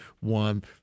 one